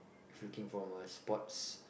if you came from a sports